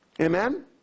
Amen